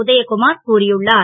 உதயகுமார் கூறியுள்ளார்